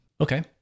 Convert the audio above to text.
Okay